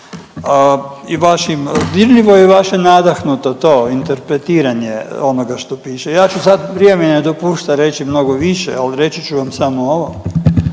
i vašim, dirljivo je vaše nadahnuto to interpretiranje onoga što piše. Ja ću sad, vrijeme mi ne dopušta reći mnogo više, ali reći ću vam samo ovo,